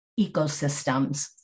ecosystems